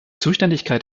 zuständigkeit